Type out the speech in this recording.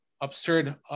absurd